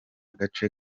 gace